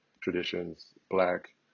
traditions—black